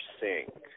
sink